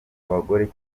abagore